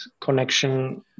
connection